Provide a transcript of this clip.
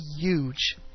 huge